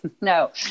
No